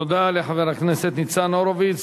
תודה לחבר הכנסת ניצן הורוביץ.